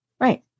Right